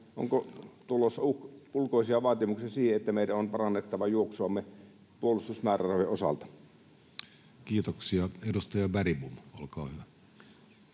tulossa ulkoisia vaatimuksia siihen, että meidän on parannettava juoksuamme puolustusmäärärahojen osalta? Kiitoksia. — Edustaja Bergbom, olkaa hyvä.